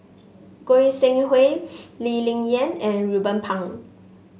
Goi Seng Hui Lee Ling Yen and Ruben Pang